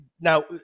Now